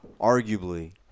arguably